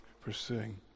pursuing